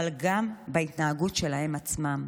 אבל גם בהתנהגות שלהם עצמם.